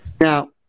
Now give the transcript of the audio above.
now